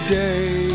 day